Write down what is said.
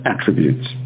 attributes